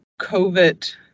Covid